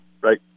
right